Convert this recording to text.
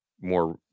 more